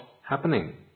happening